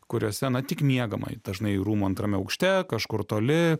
kuriuose na tik miegamąjį dažnai rūmų antrame aukšte kažkur toli